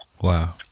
Wow